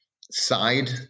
side